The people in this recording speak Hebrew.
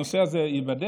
הנושא הזה ייבדק.